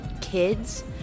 kids